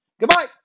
Goodbye